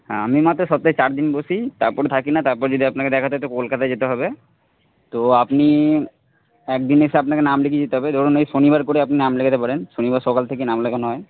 হ্যাঁ আমি মাত্র সপ্তাহে চারদিন বসি তারপর থাকি না তারপর যদি আপনাকে দেখাতে হয় তো কলকাতায় যেতে হবে তো আপনি একদিন এসে আপনাকে নাম লিখিয়ে যেতে হবে ধরুন ওই শনিবার করে আপনি নাম লেখাতে পারেন শনিবার সকাল থেকে নাম লেখানো হয়